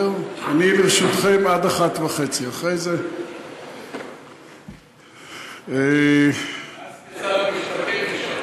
אני לרשותכם עד 13:30. ואז כשר המשפטים,